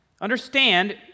understand